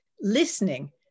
listening